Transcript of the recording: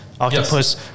octopus